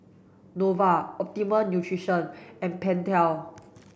Nova Optimum Nutrition and Pentel